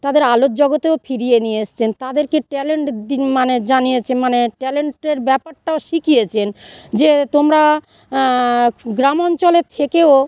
তাদের আলোর জগতেও ফিরিয়ে নিয়ে এসেছেন তাদেরকে ট্যালেন্ট দি মানে জানিয়েছে মানে ট্যালেন্টের ব্যাপারটা শিখিয়েছেন যে তোমরা গ্রাম অঞ্চলে থেকেও